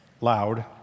loud